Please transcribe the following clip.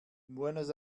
buenos